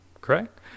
correct